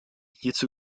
hierzu